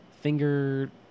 finger